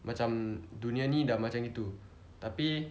macam dunia ni dah macam gitu tapi